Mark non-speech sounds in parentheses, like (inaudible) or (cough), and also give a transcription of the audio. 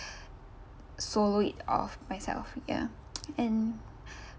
solo it off myself ya (noise) and (breath)